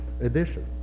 edition